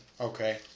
Okay